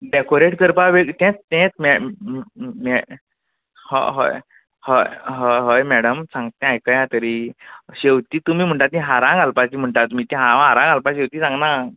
decorate करपा वे तेंत तेंत मॅ मॅ हॉ हय हय ह हय मॅडम सांगत तें आयकया तरी शेंवतीं तुमी म्हणटा तीं हारा घालपाचीं म्हणटा तुमी ते हांव हारा घालपा शेंवतीं सांगना